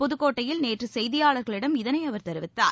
புதுக்கோட்டையில் நேற்று செய்தியாளர்களிடம் இதனை அவர் தெரிவித்தார்